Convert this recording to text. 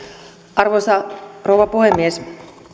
arvoisa rouva puhemies